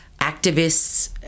activists